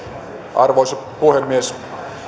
arvoisa puhemies